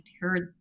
heard